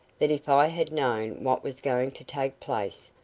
that if i had known what was going to take place,